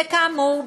וכאמור,